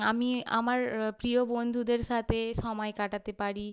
আমি আমার প্রিয় বন্ধুদের সাথে সময় কাটাতে পারি